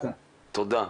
תודה.